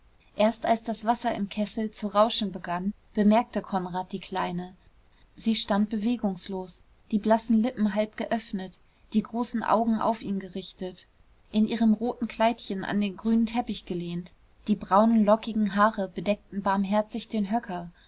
erst als das wasser im kessel zu rauschen begann bemerkte konrad die kleine sie stand bewegungslos die blassen lippen halb geöffnet die großen augen auf ihn gerichtet in ihrem roten kleidchen an den grünen teppich gelehnt die braunen lockigen haare bedeckten barmherzig den höcker